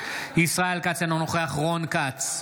ישראל כץ, אינו נוכח רון כץ,